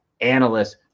analysts